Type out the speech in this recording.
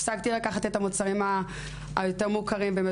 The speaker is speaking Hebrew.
הפסקתי לקחת את המוצרים המוכרים יותר